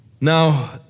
Now